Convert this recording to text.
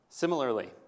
Similarly